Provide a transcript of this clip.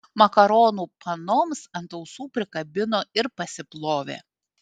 makaronų panoms ant ausų prikabino ir pasiplovė